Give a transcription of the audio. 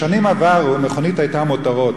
בשנים עברו מכונית היתה מותרות.